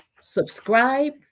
subscribe